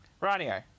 Radio